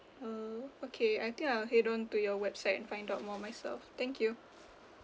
uh okay I think I will head on to your website and find out more myself thank you